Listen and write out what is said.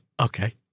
Okay